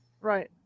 Right